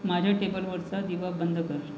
माझ्या टेबलवरचा दिवा बंद कर